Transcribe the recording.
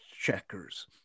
checkers